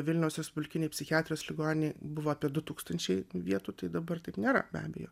vilniaus respublikinėj psichiatrijos ligoninėj buvo apie du tūkstančiai vietų tai dabar taip nėra be abejo